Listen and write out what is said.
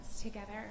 together